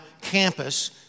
campus